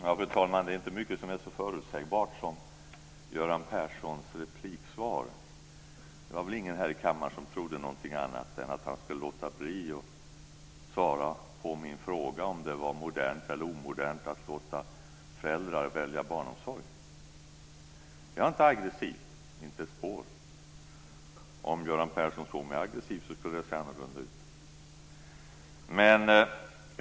Fru talman! Det är inte mycket som är så förutsägbart som Göran Perssons repliksvar. Det var väl ingen här i kammaren som trodde något annat än att han skulle låta bli att svara på min fråga om det var modernt eller omodernt att låta föräldrar välja barnomsorg. Jag är inte aggressiv, inte ett spår. Om Göran Persson såg mig aggressiv skulle det se annorlunda ut.